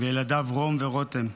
וילדיו רום ורותם.